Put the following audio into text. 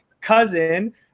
cousin